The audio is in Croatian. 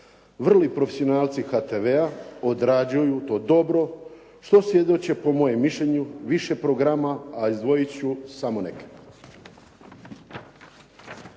Vrli profesionalci HTV-a odrađuju to dobro, što svjedoči po mojem mišljenju više programa, a izdvojit ću samo neke.